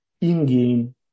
in-game